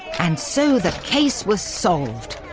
and so the case was solved!